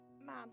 man